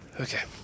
Okay